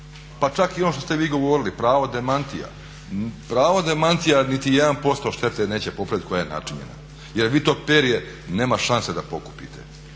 Pa čak i ono što ste vi govorili pravo demantija. Pravo demantija nitijedan posto štete neće popraviti koja je načinjena. Jer vi to perje nema šanse da pokupite.